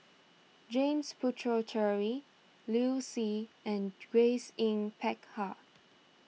James Puthucheary Liu Si and Grace Yin Peck Ha